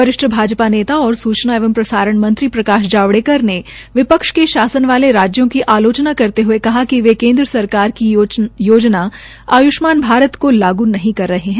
वरिष्ठ भाजपा नेता और सूचना एवं प्रसारण मंत्री प्रकाश जावड़ेकर ने विपक्ष के शासन वाले राज्यों की आलोचना करते हये कहा कि वे केन्द्र सरकार के योजना आय्ष्मान भारत को लागू नहीं करे रहे है